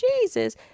Jesus